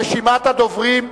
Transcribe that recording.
רשימת הדוברים נעולה.